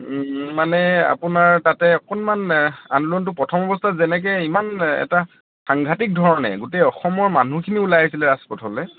মানে আপোনাৰ তাতে অকণমান আন্দোলনটো প্ৰথম অৱস্থাত যেনেকৈ ইমান এটা সাংঘাটিক ধৰণে গোটেই অসমৰ মানুহখিনি ওলাই আহিছিলে ৰাজপথলৈ